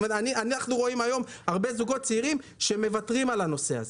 אנחנו רואים היום הרבה זוגות צעירים שמוותרים על הנושא הזה.